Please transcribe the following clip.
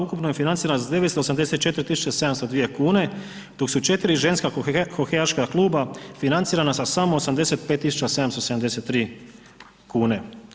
Ukupno je financiran sa 984 tisuće 702 kune, dok su 4 ženska hokejaška kluba financirana sa samo 85 tisuće 773 kune.